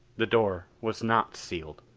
the door was not sealed.